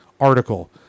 article